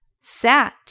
sat